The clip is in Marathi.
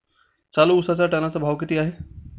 चालू उसाचा टनाचा भाव किती आहे?